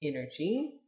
energy